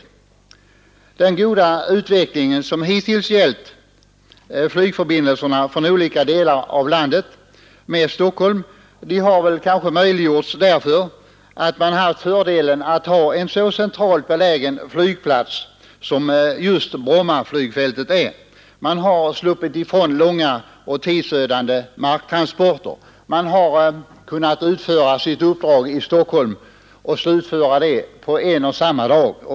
Den hittills goda utvecklingen av flygförbindelserna mellan olika delar av landet och Stockholm har kanske möjliggjorts av att man haft fördelen att ha en så centralt belägen flygplats som Bromma flygfält är. Man har sluppit långa och tidsödande marktransporter. Man har kunnat slutföra ett uppdrag och vara hemma i hemorten på en och samma dag.